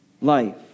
life